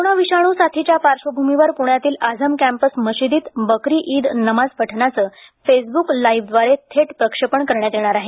corona विषाणू साथीच्या पार्श्वभूमीवर पुण्यातील आझम कॅम्पस मशिदीत बकरी ईद नमाज पठणाचे फेसबुक लाईव्ह द्वारे थेट प्रक्षेपण करण्यात येणार आहे